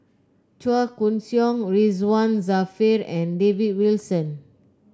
Chua Koon Siong Ridzwan Dzafir and David Wilson